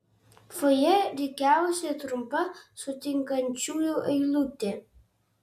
fojė rikiavosi trumpa sutinkančiųjų eilutė